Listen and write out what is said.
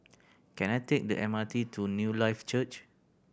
can I take the M R T to Newlife Church